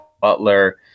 Butler